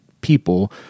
people